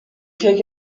کیک